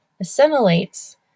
assimilates